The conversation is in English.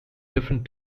different